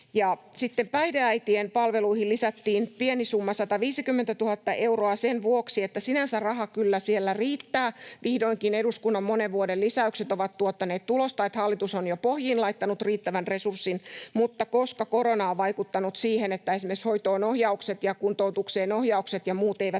päihdeäitien palveluihin lisättiin pieni summa, 150 000 euroa, sen vuoksi, että sinänsä raha kyllä siellä riittää — vihdoinkin eduskunnan monen vuoden lisäykset ovat tuottaneet tulosta, että hallitus on jo pohjiin laittanut riittävän resurssin — mutta koska korona on vaikuttanut siihen, että esimerkiksi hoitoon ohjaukset ja kuntoutukseen ohjaukset ja muut eivät